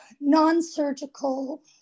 non-surgical